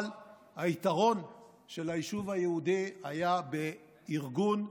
אבל היתרון של היישוב היהודי היה בארגון,